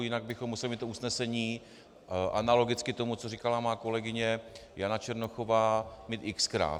Jinak bychom museli mít to usnesení analogicky tomu, co říkala má kolegyně Jana Černochová, mít xkrát.